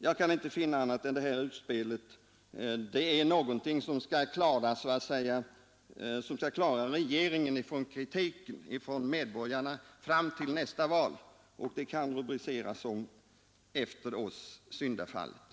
Jag kan inte finna annat än att detta utspel är avsett att klara regeringen undan kritik från medborgarna fram till nästa val. Det kan rubriceras: Efter oss syndafloden.